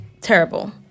terrible